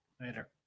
later